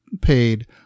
Paid